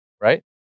Right